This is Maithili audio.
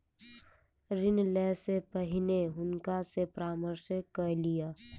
ऋण लै से पहिने हुनका सॅ परामर्श कय लिअ